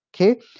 Okay